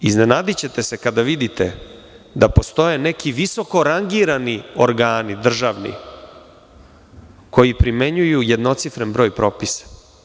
Iznenadićete se kada vidite da postoje neki visoko rangirani organi državni, koji primenjuju jednocifren broj propisa.